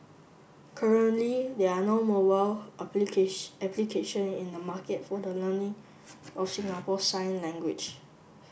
currently there are no mobile application in the market for the learning of Singapore sign language